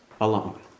alone